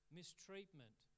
mistreatment